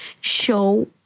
show